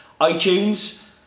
iTunes